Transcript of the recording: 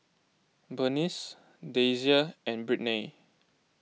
Bernice Dasia and Brittnay